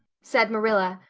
said marilla,